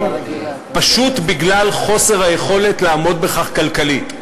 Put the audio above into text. פשוט בגלל חוסר היכולת לעמוד בכך כלכלית."